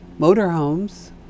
Motorhomes